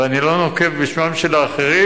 ואני לא נוקב בשמם של האחרים,